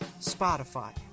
Spotify